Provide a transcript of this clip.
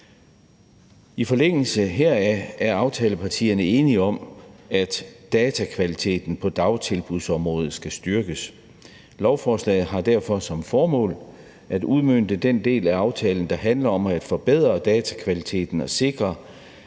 I forlængelse heraf er aftalepartierne enige om, at datakvaliteten på dagtilbudsområdet skal styrkes. Lovforslaget har derfor som formål at udmønte den del af aftalen, der handler om at forbedre datakvaliteten og sikre,